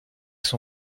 son